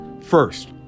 First